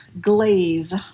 glaze